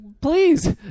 please